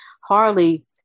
Harley